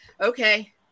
okay